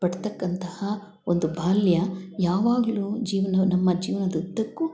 ಪಡತಕ್ಕಂತಹ ಒಂದು ಬಾಲ್ಯ ಯಾವಾಗಲು ಜೀವನ ನಮ್ಮ ಜೀವನದುದ್ದಕ್ಕು